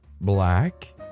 black